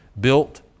built